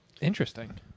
Interesting